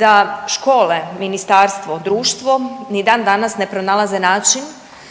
da škole, ministarstvo, društvo ni dan danas ne pronalaze način